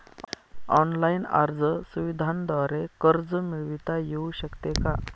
Online अर्ज सुविधांद्वारे कर्ज मिळविता येऊ शकते का?